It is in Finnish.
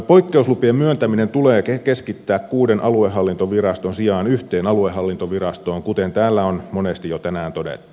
poikkeuslupien myöntäminen tulee keskittää kuuden aluehallintoviraston sijaan yhteen aluehallintovirastoon kuten täällä on monesti jo tänään todettu